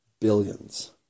Billions